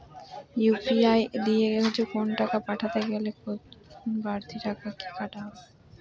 UPI দিয়ে কোন টাকা পাঠাতে গেলে কোন বারতি টাকা কি কাটা হয়?